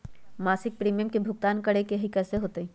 मासिक प्रीमियम के भुगतान करे के हई कैसे होतई?